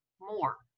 more